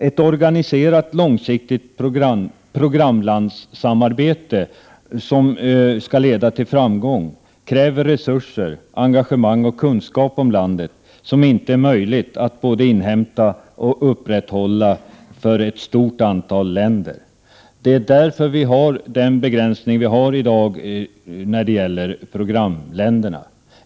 Ett organiserat, långsiktigt programlandssamarbete som skall leda till framgång kräver resurser, engagemang och kunskap om landet, något som inte är möjligt att både inhämta och upprätthålla för ett stort antal länder. Det är därför vi har den nuvarande begränsningen i fråga om programländerna.